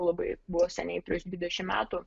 labai buvo seniai prieš dvidešimt metų